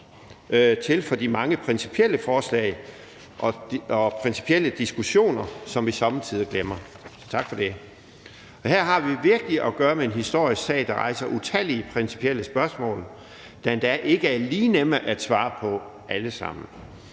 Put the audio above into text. til for de mange principielle forslag og principielle diskussioner, som vi somme tider glemmer. Tak for det. Og her har vi virkelig at gøre med en historisk sag, der rejser utallige principielle spørgsmål, der endda ikke er lige nemme at svare på alle sammen,